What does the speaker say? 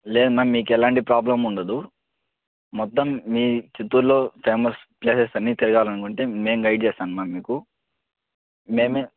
లేదు మామ్ మీకెలాంటి ప్రోబ్లమ్ ఉండదు మొత్తం మీ చిత్తూరులో ఫేమస్ ప్లేసెస్ అన్నీ తెలియాలనుకుంటే మేం గైడ్ చేస్తాం మ్యామ్ మీకు మేమే